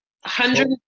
hundred